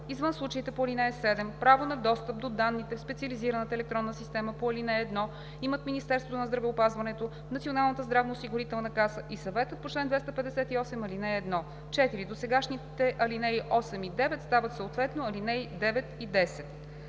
Извън случаите по ал. 7, право на достъп до данните в специализираната електронна система по ал. 1 имат Министерството на здравеопазването, Националната здравноосигурителна каса и съветът по чл. 258, ал. 1.“ 4. Досегашните ал. 8 и 9 стават съответно ал. 9 и 10.“